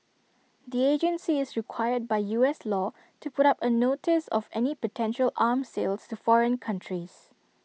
the agency is required by U S law to put up A notice of any potential arm sales to foreign countries